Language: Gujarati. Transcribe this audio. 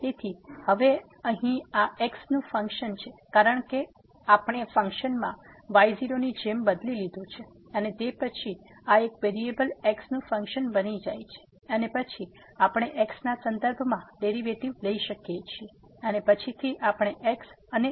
તેથી હવે અહીં આ x નું ફંક્શન છે કારણ કે આપણે ફંક્શનમાં y0 ની જેમ બદલી લીધું છે અને તે પછી આ એક વેરીએબલ x નું ફંક્શન બની જાય છે અને પછી આપણે x ના સંદર્ભમાં ડેરિવેટિવ લઈ શકીએ છીએ અને પછીથી આપણે x ને x0 થી સબસ્ટીટ્યુટ કરી શકીએ છીએ